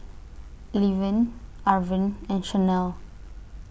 Levin Arvin and Chanelle